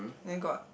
then got